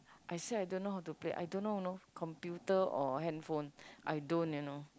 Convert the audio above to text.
I say I don't know how to Play I don't you know computer or handphone I don't you know